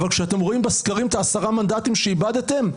אבל כשאתם רואים בסקרים את העשרה מנדטים שאיבדתם,